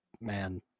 Man